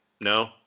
no